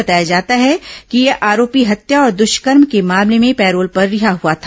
बताया जाता है कि यह आरोपी हत्या और दृष्कर्म के मामले में पैरोल पर रिहा हुआ था